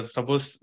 Suppose